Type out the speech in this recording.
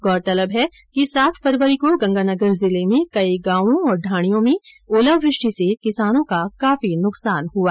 गौरतलब है कि सात फरवरी को गंगानगर जिले में कई गांवों और ढाणियों में ओलावृष्टि से किसानों का काफी नुकसान हुआ है